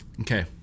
Okay